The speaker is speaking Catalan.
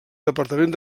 departament